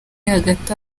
hagati